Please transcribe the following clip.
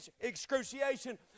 excruciation